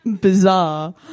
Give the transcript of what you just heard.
bizarre